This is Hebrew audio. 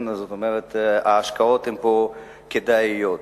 ההשקעות פה כדאיות.